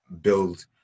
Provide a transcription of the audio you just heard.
build